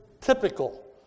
typical